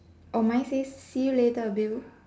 oh mine says see you later bill